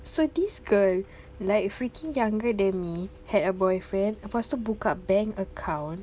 so this girl like freaking younger than me had a boyfriend lepas tu buka bank account